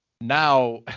now